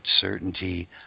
certainty